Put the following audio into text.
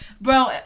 bro